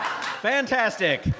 Fantastic